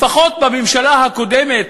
לפחות בממשלה הקודמת,